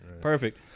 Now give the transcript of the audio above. perfect